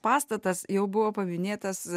pastatas jau buvo paminėtas